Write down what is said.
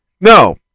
No